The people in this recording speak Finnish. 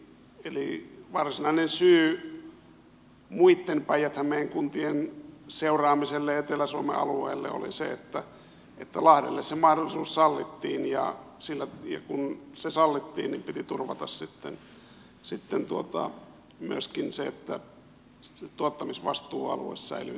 eli varsinainen syy muitten päijät hämeen kuntien seuraamiselle etelä suomen alueelle oli se että lahdelle se mahdollisuus sallittiin ja kun se sallittiin niin piti turvata sitten myöskin se että tuottamisvastuualue säilyy toimintakykyisenä